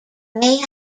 may